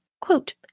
Quote